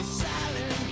silent